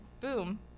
boom